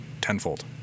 tenfold